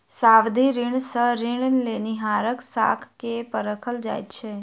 सावधि ऋण सॅ ऋण लेनिहारक साख के परखल जाइत छै